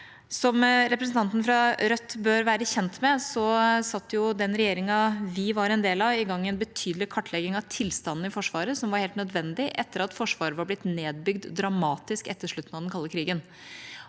Som representanten fra Rødt bør være kjent med, satte den regjeringa vi var en del av, i gang en betydelig kartlegging av tilstanden i Forsvaret, som var helt nødvendig etter at Forsvaret var blitt dramatisk nedbygd etter slutten av den kalde krigen.